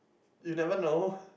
you never know